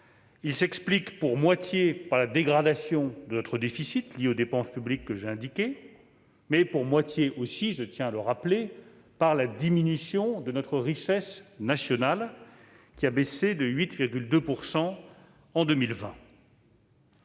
s'expliquent pour moitié par la dégradation de notre déficit, liée aux dépenses publiques que j'ai indiquées, mais pour moitié aussi, je tiens à le rappeler, par la diminution de notre richesse nationale, qui a baissé de 8,2 % en 2020.